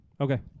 Okay